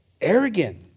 Arrogant